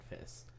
Fist